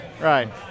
Right